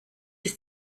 ist